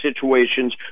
situations